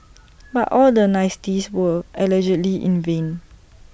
but all the niceties were allegedly in vain